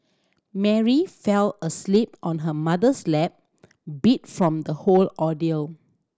Mary fell asleep on her mother's lap beat from the whole ordeal